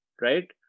right